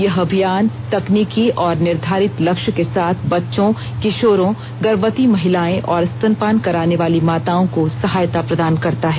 यह अभियान तकनीकी और निर्घारित लक्ष्य के साथ बच्चों किशोरों गर्भवती महिलाएं और स्तनपान कराने वाली माताओं को सहायता प्रदान करता है